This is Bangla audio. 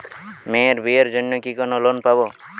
মেয়ের বিয়ের জন্য কি কোন লোন পাব?